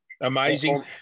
Amazing